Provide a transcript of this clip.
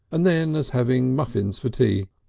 and then as having muffins for tea.